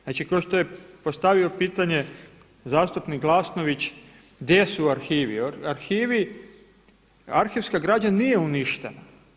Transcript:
Znači kao što je postavio pitanje zastupnik Glasnović, gdje su arhivi, arhivska građa nije uništena.